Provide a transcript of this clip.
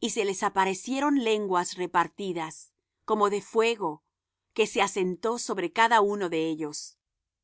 y se les aparecieron lenguas repartidas como de fuego que se asentó sobre cada uno de ellos